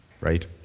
right